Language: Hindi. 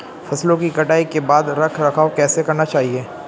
फसलों की कटाई के बाद रख रखाव कैसे करना चाहिये?